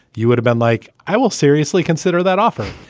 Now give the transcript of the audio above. you would've been like. i will seriously consider that offer.